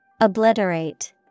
Obliterate